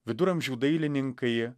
viduramžių dailininkai jie